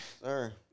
Sir